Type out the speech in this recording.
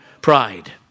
pride